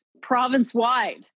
Province-wide